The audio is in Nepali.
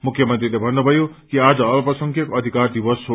मुख्यमंत्रीले भन्नुभयो कि आज अल्पसंख्यक अधिकार दिवस हो